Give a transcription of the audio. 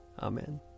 Amen